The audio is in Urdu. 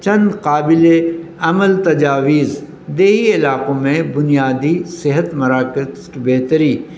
چند قابل عمل تجاویز دیہی علاقوں میں بنیادی صحت مراکز کی بہتری